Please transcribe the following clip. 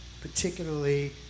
particularly